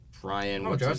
Brian